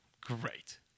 great